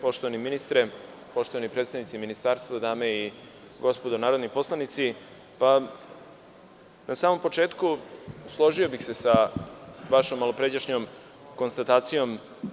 Poštovani ministre, poštovani predstavnici Ministarstva, dame i gospodo narodni poslanici, na samom početku, složio bih se sa vašom malopređašnjom konstatacijom.